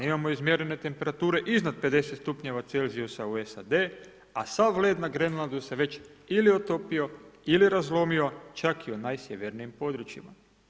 Imamo izmjerene temperature iznad 50 stupnjeva celzijusa u SAD-u, a sav led na Grenlandu se već ili otopio, ili razlomio čak i u najsjevernijim područjima.